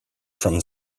from